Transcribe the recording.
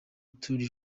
tour